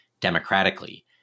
democratically